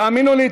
תאמינו לי,